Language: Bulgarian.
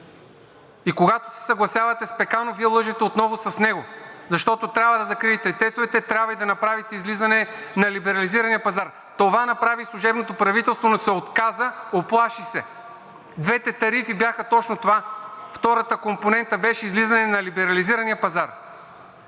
И когато се съгласявате с Пеканов, Вие лъжете отново с него, защото трябва да закриете ТЕЦ-овете, трябва и да направите излизане на либерализирания пазар. Това направи служебното правителство, но се отказа, уплаши се. Двете тарифи бяха точно това. Втората компонента беше излизане на либерализирания пазар.